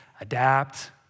adapt